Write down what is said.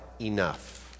enough